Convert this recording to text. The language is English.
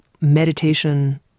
meditation